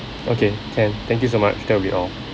okay can thank you so much that will be all